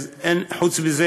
חוץ מזה,